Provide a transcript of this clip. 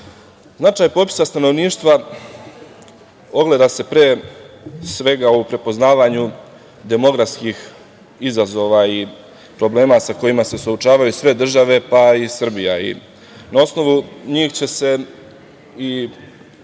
popisa stanovništva ogleda se pre svega u prepoznavanju demografskih izazova i problema sa kojima se suočavaju sve države, pa i Srbija i na osnovu njih će se i